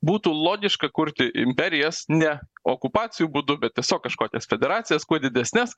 būtų logiška kurti imperijas ne okupacijų būdu bet tiesiog kažkokias federacijas kuo didesnes